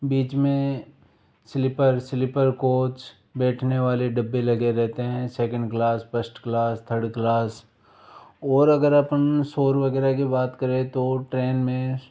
बीच में sleeper sleeper coach बैठने वाले डब्बे लगे रहते हैं second class first class third class और अगर अपन शोर वगैरह की बात करें तो ट्रेन में